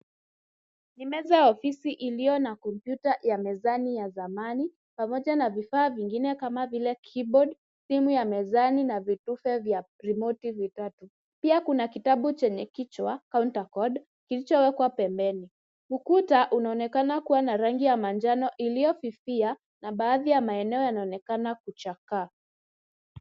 Ni meza ya ofisi iliyo na kompyuta ya mezani ya zamani pamoja na vifaa vingine kama vile keyboard , simu ya mezani na vitufe vya remote vitatu. Pia kuna kitabu chenye kichwa counter code kilichowekwa pembeni. Ukuta unaonekana kuwa na rangi ya manjano iliyofifia na baadhi ya maeneo yanaonekana kuchakaa.